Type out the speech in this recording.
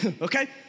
okay